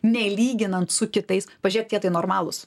nei lyginant su kitais pažėk tie tai normalūs